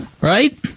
right